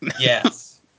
Yes